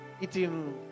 eating